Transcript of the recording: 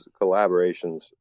collaborations